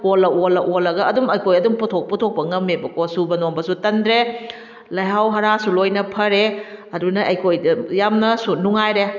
ꯑꯣꯜꯂ ꯑꯣꯜꯂ ꯑꯣꯜꯂꯒ ꯑꯗꯨꯝ ꯑꯩꯈꯣꯏ ꯑꯗꯨꯝ ꯄꯣꯠꯊꯣꯛ ꯄꯨꯊꯣꯛꯄ ꯉꯝꯃꯦꯕꯀꯣ ꯁꯨꯕ ꯅꯨꯝꯕꯁꯨ ꯇꯟꯗ꯭ꯔꯦ ꯂꯩꯍꯥꯎ ꯍꯔꯥꯁꯨ ꯂꯣꯏꯅ ꯐꯔꯦ ꯑꯗꯨꯅ ꯑꯩꯈꯣꯏꯗ ꯌꯥꯝꯅꯁꯨ ꯅꯨꯡꯉꯥꯏꯔꯦ